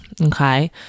Okay